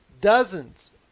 dozens